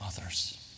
others